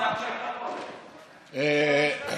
זכותם של אזרחי מדינת ישראל לאכיפה שוויונית.